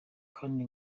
kandi